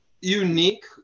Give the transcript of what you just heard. unique